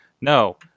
No